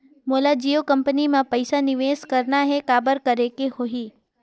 मोला जियो कंपनी मां पइसा निवेश करना हे, काबर करेके होही?